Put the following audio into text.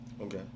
Okay